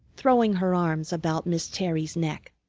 throwing her arms about miss terry's neck.